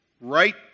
right